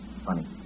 Funny